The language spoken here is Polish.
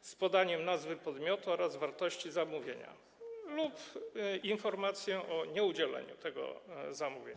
z podaniem nazwy podmiotu oraz wartości zamówienia lub informacji o nieudzieleniu zamówienia.